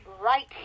right